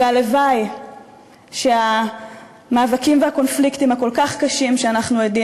הלוואי שהמאבקים והקונפליקטים הכל-כך קשים שאנחנו עדים